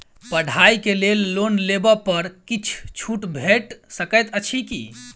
पढ़ाई केँ लेल लोन लेबऽ पर किछ छुट भैट सकैत अछि की?